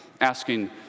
asking